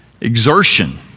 Exertion